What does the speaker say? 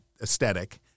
aesthetic